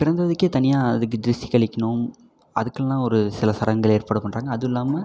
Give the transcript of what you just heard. பிறந்ததுக்கே தனியாக அதுக்கு திருஷ்டி கழிக்கணும் அதுக்கெல்லாம் ஒரு சில சடங்குகள் ஏற்பாடு பண்ணுறாங்க அதில்லாம